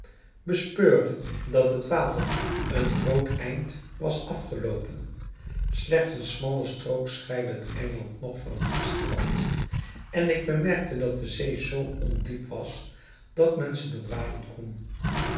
bespeurde dat het water een groot eind was afgeloopen slechts een smalle strook scheidde het eiland nog van het vasteland en ik bemerkte dat de zee zoo ondiep was dat men ze doorwaden kon